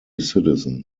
citizen